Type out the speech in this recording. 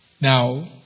Now